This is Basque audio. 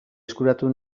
eskuratu